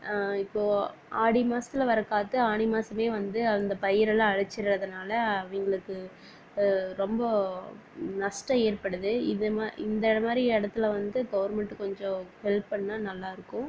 இப்போது ஆடி மாசத்தில் வர காற்று ஆனி மாதமே வந்து இந்த பயிரல்லாம் அழிச்சிடுறதுனால அவங்களுக்கு ரொம்போ நஷ்டம் ஏற்படுது இதுமாதிரி இந்தமாதிரி இடத்துல வந்து கவர்மெண்ட் கொஞ்சம் ஹெல்ப் பண்ணா நல்லாயிருக்கும்